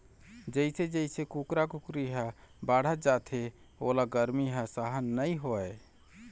जइसे जइसे कुकरा कुकरी ह बाढ़त जाथे ओला गरमी ह सहन नइ होवय